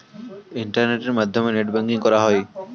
ইন্টারনেটের মাধ্যমে net banking করা হয়